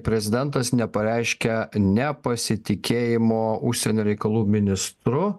prezidentas nepareiškė nepasitikėjimo užsienio reikalų ministru